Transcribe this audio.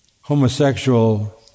homosexual